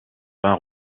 vin